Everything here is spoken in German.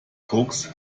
koks